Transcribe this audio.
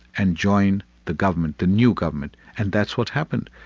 and join the government, the new government, and that's what happened.